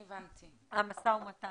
ההסכמים, המשא ומתן.